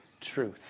truth